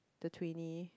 the twinny